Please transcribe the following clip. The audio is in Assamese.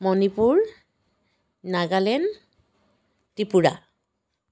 মণিপুৰ নাগালেণ্ড ত্ৰিপুৰা